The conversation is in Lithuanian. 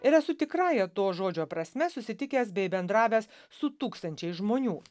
ir esu tikrąja to žodžio prasme susitikęs bei bendravęs su tūkstančiais žmonių